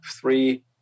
three